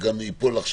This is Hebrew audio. שהמערכת תיפול.